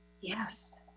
Yes